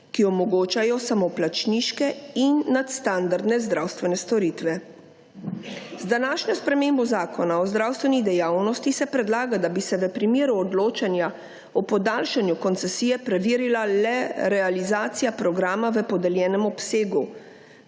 ki omogočajo samoplačniške in nadstandardne zdravstvene storitve. Z današnjo spremembo Zakona o zdravstveni dejavnosti se predlaga, da bi se v primeru odločanja o podaljšanju koncesije preverila le realizacija programa v podeljenem obsegu,